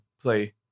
play